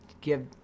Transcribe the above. give